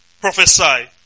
Prophesy